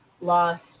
lost